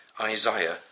Isaiah